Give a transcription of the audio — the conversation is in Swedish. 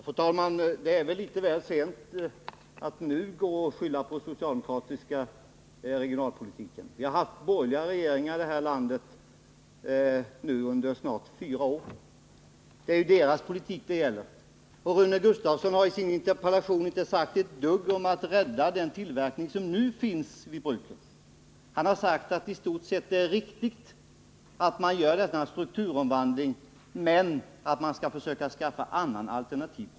Fru talman! Det är litet väl sent att nu skylla på den socialdemokratiska regionalpolitiken. Vi har ju haft borgerliga regeringar i det här landet under snart fyra års tid. Det är deras politik det gäller. Rune Gustavsson har i sin interpellation inte sagt ett dugg om att rädda den tillverkning som nu finns vid bruken. Han har sagt att det i stort sett är riktigt att genomföra denna strukturomvandling, men att man skall försöka skapa alternativ produktion.